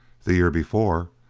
the year before,